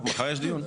טוב, מחר יש דיון.